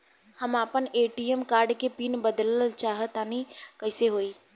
हम आपन ATM card के पीन बदलल चाहऽ तनि कइसे होई?